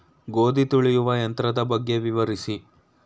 ಗೋಧಿ ತುಳಿಯುವ ಯಂತ್ರದ ಬಗ್ಗೆ ವಿವರಿಸಿ?